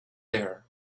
there